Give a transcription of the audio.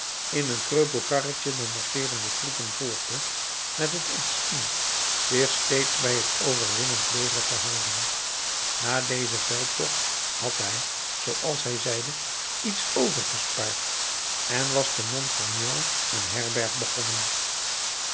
in een kreupel karretje de marcheerende troepen volgende met het instinct zich steeds bij het overwinnend leger te houden na dezen veldtocht had hij zooals hij zeide iets overgespaard en was te montfermeil een herberg begonnen